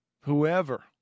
Whoever